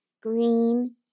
Green